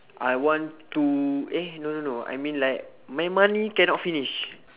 I want to eh no no no I mean like my money cannot finish